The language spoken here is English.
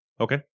Okay